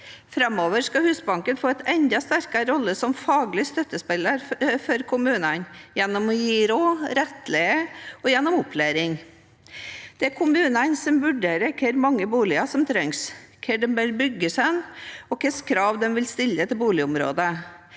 Framover skal Husbanken få en enda sterkere rolle som faglig støttespiller for kommunene, gjennom å gi råd og rettledning og gjennom opplæring. Det er kommunene som vurderer hvor mange boliger som trengs, hvor de bør bygges, og hvilke krav de vil stille til boligområdet.